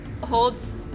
holds